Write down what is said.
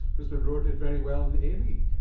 brisbane roar, did very well in the a-league.